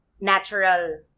natural